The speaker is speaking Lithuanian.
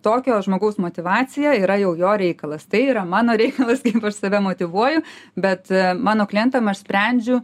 tokio žmogaus motyvacija yra jau jo reikalas tai yra mano reikalas kitaip aš save motyvuoju bet mano klientams aš sprendžiu